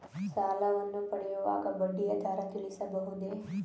ಸಾಲವನ್ನು ಪಡೆಯುವಾಗ ಬಡ್ಡಿಯ ದರ ತಿಳಿಸಬಹುದೇ?